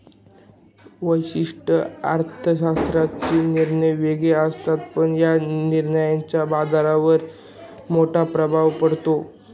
व्यष्टि अर्थशास्त्राचे निर्णय वेगळे असतात, पण या निर्णयांचा बाजारावर मोठा प्रभाव पडतो